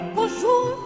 Bonjour